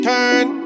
Turn